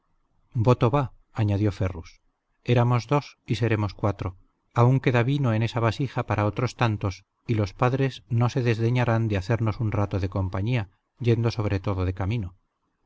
voto va añadió ferrus éramos dos y seremos cuatro aún queda vino en esa vasija para otros tantos y los padres no se desdeñarán de hacernos un rato de compañía yendo sobre todo de camino